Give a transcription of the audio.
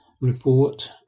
Report